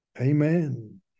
amen